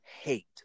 hate